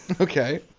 okay